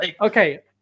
Okay